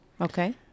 Okay